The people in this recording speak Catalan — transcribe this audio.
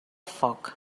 foc